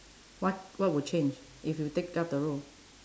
what what would change if you take up the role